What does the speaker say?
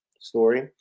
story